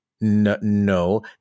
No